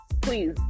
please